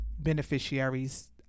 beneficiaries